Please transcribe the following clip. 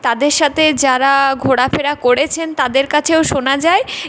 তাদের সাথে যারা ঘোরাফেরা করেছেন তাদের কাছেও শোনা যায়